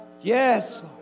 Yes